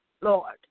Lord